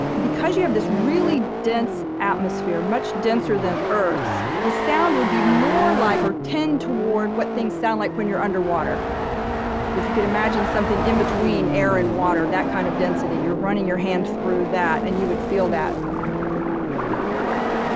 because you have this really dense atmosphere, much denser than earth's, the sound would be more like or tend toward what things sound like when you're underwater if you could imagine something in between air and water, that kind of density, you're running your hand through that and you would feel that um